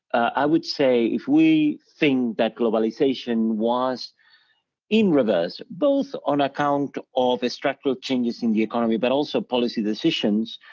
i would say if we think that globalization was in reverse, both on account of a structural changes in the economy but also policy decisions,